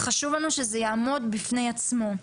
וחשוב לנו שזה יעמוד בפני עצמו.